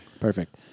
perfect